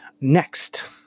next